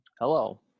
Hello